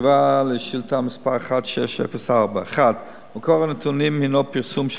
תשובה על שאילתא מס' 1604. 1. מקור הנתונים הוא פרסום של